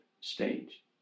stage